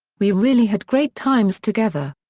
we really had great times together.